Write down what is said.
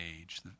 age